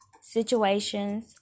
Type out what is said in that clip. situations